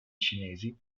cinesi